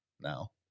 now